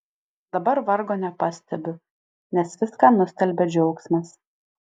dabar vargo nepastebiu nes viską nustelbia džiaugsmas